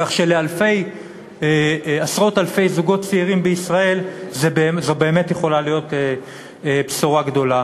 כך שלעשרות-אלפי זוגות צעירים בישראל זו באמת יכולה להיות בשורה גדולה.